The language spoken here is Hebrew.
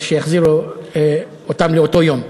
שיחזירו אותן לאותו יום.